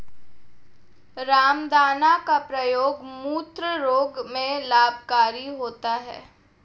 रामदाना का प्रयोग मूत्र रोग में लाभकारी होता है